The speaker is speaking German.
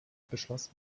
beschloss